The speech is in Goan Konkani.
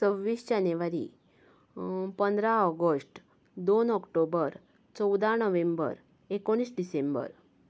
सव्वीस जानेवारी पंदरा ऑगस्ट दोन ऑक्टोबर चवदा नोव्हेंबर एकोणीस डिसेंबर